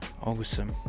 awesome